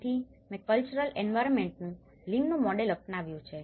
તેથી મેં કલ્ચરલ એન્વાયરમેન્ટનું લીમ નું મોડેલ અપનાવ્યું છે